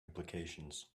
implications